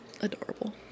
Adorable